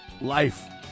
life